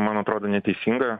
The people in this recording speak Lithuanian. man atrodo neteisinga